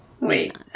Wait